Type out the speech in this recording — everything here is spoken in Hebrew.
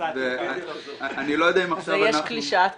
יש קלישאת כדורגל,